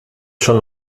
schon